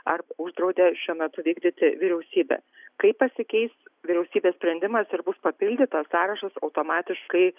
ar uždraudė šiuo metu vykdyti vyriausybė kai pasikeis vyriausybės sprendimas ir bus papildytas sąrašas automatiškai